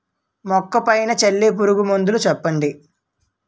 మొక్క పైన చల్లే పురుగు మందులు చెప్పండి?